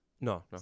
No